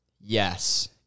yes